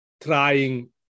trying